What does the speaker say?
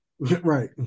Right